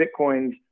Bitcoin's